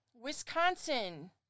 Wisconsin